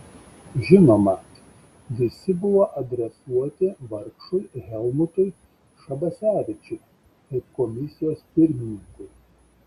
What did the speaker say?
žinoma visi buvo adresuoti vargšui helmutui šabasevičiui kaip komisijos pirmininkui